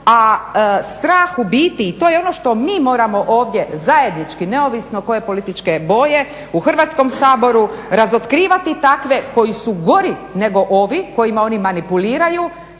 a strah u biti i to je ono što mi moramo ovdje zajednički, neovisno koje političke boje u Hrvatskom saboru razotkrivati takve koji su gori nego ovi kojima oni manipuliraju.